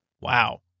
Wow